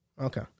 Okay